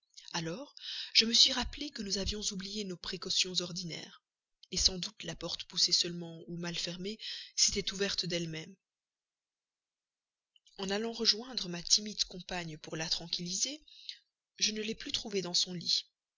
alors je me suis rappelé que nous avions oublié nos précautions ordinaires sans doute la porte poussée seulement ou mal fermée s'était rouverte d'elle-même en allant rejoindre ma timide compagne pour la tranquilliser je ne l'ai plus trouvée dans son lit